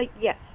yes